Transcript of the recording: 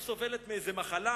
היא סובלת מאיזו מחלה,